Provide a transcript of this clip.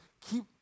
Keep